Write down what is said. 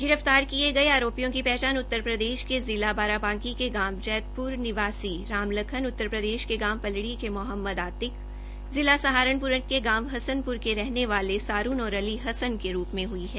गिरफ्तार किए गए आरोपियों की पहचान उत्तर प्रदेश के जिला बाराबांकी के गांव जैतपुर निवासी रामलखन उत्तर प्रदेश के गांव पलडी के मोहम्मद आतिक जिला सहारनपुर के गांव हसनपुर के रहने वाले सारून और अली हसन के रूप में हुई है